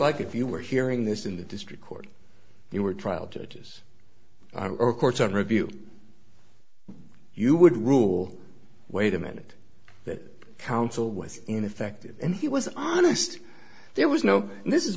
like if you were hearing this in the district court you were trial judges or courts of review you would rule wait a minute that counsel was ineffective and he was honest there was no this is